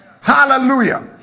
Hallelujah